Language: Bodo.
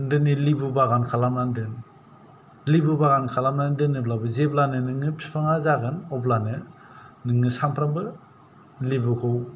दोनै लेबु बागान खालामनानै दोन लेबु बागान खालामनानै दोनोब्लाबो जेब्लानो नोङो फिफाङा जागोन अब्लानो नोङो सामफ्रामबो लेबुखौ